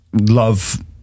love